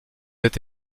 êtes